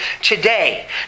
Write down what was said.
today